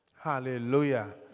Hallelujah